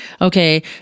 Okay